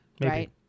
Right